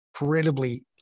incredibly